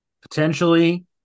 Potentially